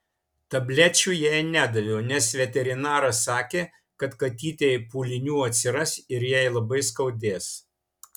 tablečių jai nedaviau nes veterinaras sakė kad katytei pūlinių atsiras ir jai labai skaudės